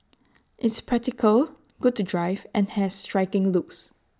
it's practical good to drive and has striking looks